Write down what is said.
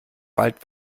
wald